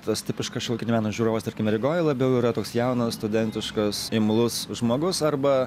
tas tipiškas šiuolaikinio meno žiūrovas tarkime rygoj labiau yra toks jaunas studentiškas imlus žmogus arba